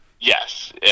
Yes